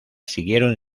siguieron